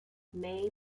mae